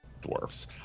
dwarfs